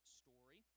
story